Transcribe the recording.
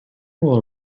will